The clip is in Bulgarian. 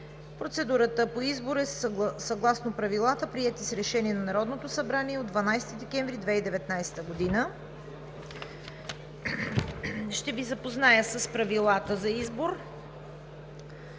Процедурата по избора е съгласно Правилата, приети с Решение на Народното събрание от 12 декември 2019 г. Ще Ви запозная с Правилата за избор: